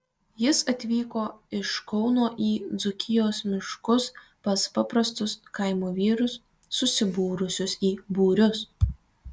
jis atvyko iš kauno į dzūkijos miškus pas paprastus kaimo vyrus susibūrusius į būrius